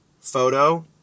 photo